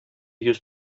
йөз